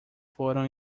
foram